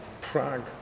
Prague